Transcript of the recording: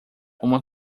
uma